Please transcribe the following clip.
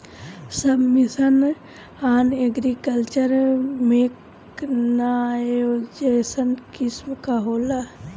सब mission on agriculture mechanization scheme का होला?